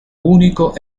unico